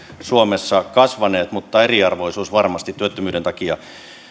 suomessa kasvaneet mutta eriarvoisuus on varmasti työttömyyden takia